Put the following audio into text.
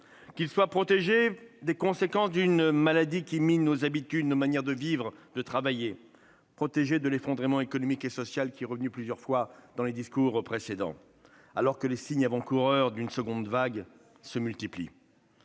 organismes, face aux conséquences d'une maladie qui mine nos habitudes, nos manières de vivre, de travailler, face à l'effondrement économique et social, qui a été abordé à plusieurs reprises dans les discours précédents, alors que les signes avant-coureurs d'une seconde vague se multiplient.